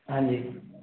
हाँ जी